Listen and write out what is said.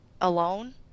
alone